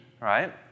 right